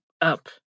up